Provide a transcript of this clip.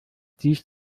dies